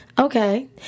Okay